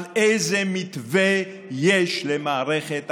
על איזה מתווה יש למערכת החינוך.